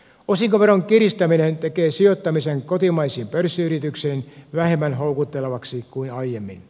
osinkoveron kiristäminen tekee sijoittamisen kotimaisiin pörssiyrityksiin vähemmän houkuttelevaksi kuin aiemmin